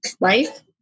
life